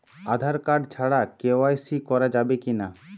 Aadhaar card ছাড়া KYC করা যাবে কি না?